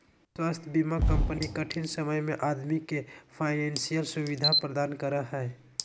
स्वास्थ्य बीमा कंपनी कठिन समय में आदमी के फाइनेंशियल सुविधा प्रदान करा हइ